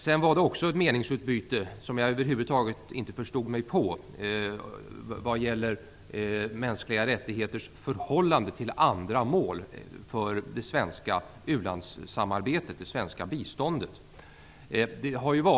Det har också varit ett meningsutbyte här vad gäller förhållandet mellan mänskliga rättigheter och andra mål för det svenska u-landssamarbetet, biståndet, som jag över huvud taget inte förstod mig på.